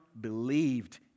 believed